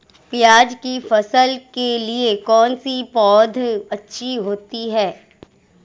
प्याज़ की फसल के लिए कौनसी पौद अच्छी होती है?